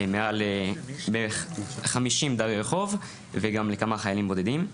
מעל בערך 50 דרי רחוב וגם לכמה חיילים בודדים.